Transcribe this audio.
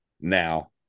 now